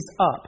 up